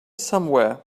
somewhere